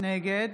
נגד